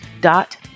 dot